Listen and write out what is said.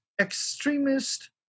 extremist